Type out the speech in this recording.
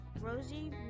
Rosie